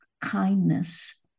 kindness